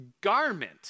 garment